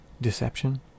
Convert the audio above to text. deception